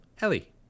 Ellie